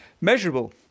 measurable